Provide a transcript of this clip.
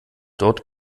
dort